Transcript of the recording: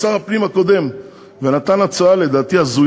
שאזרחי ישראל נמצאים תחת "האח הגדול"